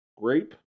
Grape